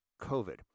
COVID